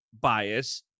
bias